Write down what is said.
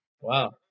Wow